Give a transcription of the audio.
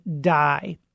die